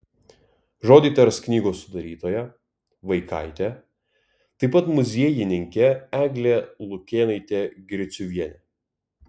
žodį tars knygos sudarytoja vaikaitė taip pat muziejininkė eglė lukėnaitė griciuvienė